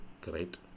great